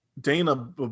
Dana